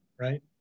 right